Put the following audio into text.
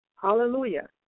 Hallelujah